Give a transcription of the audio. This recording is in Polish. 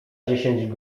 dziesięć